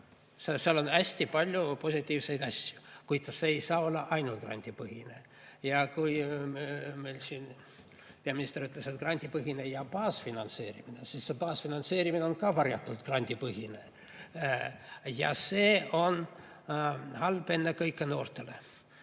Seal on hästi palju positiivseid külgi, kuid see ei saa olla ainult grandipõhine. Meil siin peaminister ütles, et on grandipõhine ja baasfinantseerimine, aga see baasfinantseerimine on varjatult grandipõhine. See on halb ennekõike noortele,